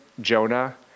Jonah